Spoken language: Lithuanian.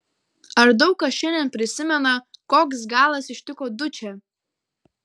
ar daug kas šiandien prisimena koks galas ištiko dučę